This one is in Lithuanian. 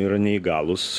yra neįgalūs